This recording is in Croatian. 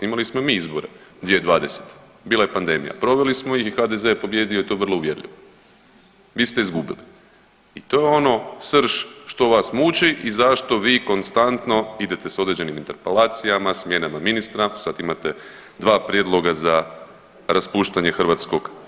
Imali smo i mi izbori 2020., bila je pandemija, proveli smo ih i HDZ je pobijedio i to vrlo uvjerljivo, vi ste izgubili i to je ono srž što vas muči i zašto vi konstantno idete s određenim interpelacijama, smjenama ministra, sad imate dva prijedloga za raspuštanje HS.